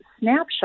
snapshot